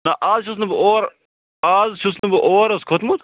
نہَ اَز چھُس نہٕ بہٕ اور اَز چھُس نہٕ بہٕ اور حظ کھوٚتمُت